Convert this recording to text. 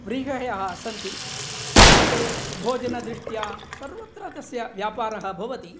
व्रीहयः सन्ति तत् भोजनदृष्ट्या सर्वत्र तस्य व्यापारः भवति